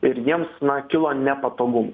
ir jiems na kilo nepatogumų